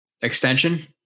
Extension